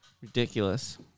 Ridiculous